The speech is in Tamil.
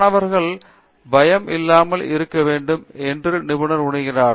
பேராசிரியர் பிரதாப் ஹரிதாஸ் மாணவர்கள் பயம் இல்லாமல் இருக்க வேண்டும் என்று நிபுணர் உணர்கிறார்